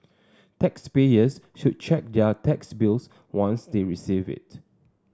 taxpayers should check their tax bills once they receive it